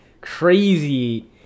crazy